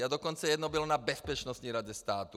A dokonce jedno bylo na Bezpečnostní radě státu.